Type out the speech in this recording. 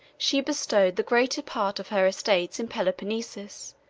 she bestowed the greater part of her estates in peloponnesus,